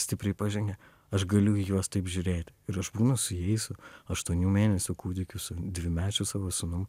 stipriai pažengę aš galiu į juos taip žiūrėti ir aš būnu su jais aštuonių mėnesių kūdikiu su dvimečiu savo sūnum